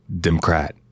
Democrat